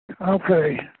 Okay